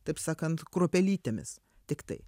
taip sakant kruopelytėmis tiktai